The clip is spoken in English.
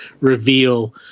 reveal